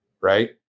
right